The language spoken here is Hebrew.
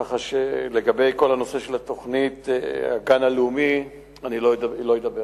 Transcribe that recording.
כך שעל כל הנושא של תוכנית הגן הלאומי אני לא אדבר.